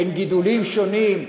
בין גידולים שונים,